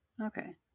Okay